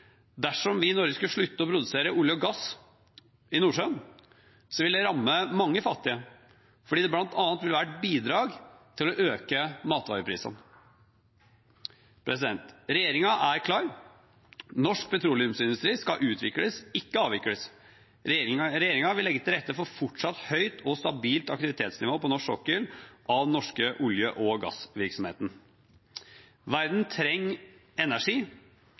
Dersom vi i Norge skulle sluttet å produsere olje og gass i Nordsjøen, ville det rammet mange fattige, fordi det bl.a. vil være et bidrag til å øke matvareprisene. Regjeringen er klar: Norsk petroleumsindustri skal utvikles, ikke avvikles. Regjeringen vil legge til rette for fortsatt høyt og stabilt aktivitetsnivå på norsk sokkel av den norske olje- og gassvirksomheten. Verden trenger energi,